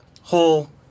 whole